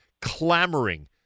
clamoring